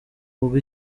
ubwo